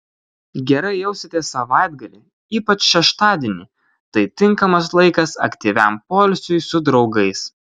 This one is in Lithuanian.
gerai jausitės savaitgalį ypač šeštadienį tai tinkamas laikas aktyviam poilsiui su draugais